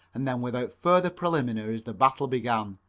and then without further preliminaries the battle began,